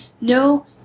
No